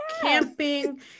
camping